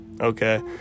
Okay